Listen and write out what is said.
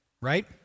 right